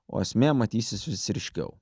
o esmė matysis vis ryškiau